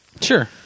Sure